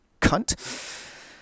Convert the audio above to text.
cunt